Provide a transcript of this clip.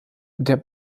der